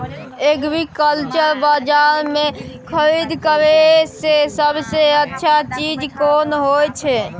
Agriculture बाजार में खरीद करे से सबसे अच्छा चीज कोन होय छै?